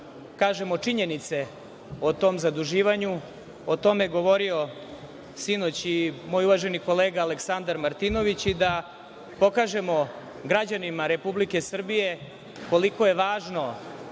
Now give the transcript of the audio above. kažemo činjenice o tom zaduživanju, o tome je govorio sinoć i moj uvaženi kolega Aleksandar Martinović, i da pokažemo građanima Republike Srbije koliko je važno